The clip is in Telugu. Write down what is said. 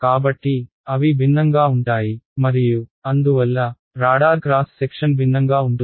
కాబట్టి అవి భిన్నంగా ఉంటాయి మరియు అందువల్ల రాడార్ క్రాస్ సెక్షన్ భిన్నంగా ఉంటుంది